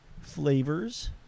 flavors